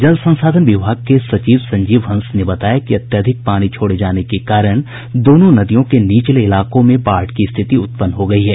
जल संसाधन विभाग के सचिव संजीव हंस ने बताया कि अत्यधिक पानी छोड़े जाने के कारण दोनों नदियों के निचले इलाकों में बाढ़ की स्थिति उत्पन्न हो गयी है